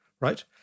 right